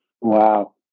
Wow